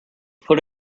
put